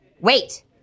wait